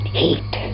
heat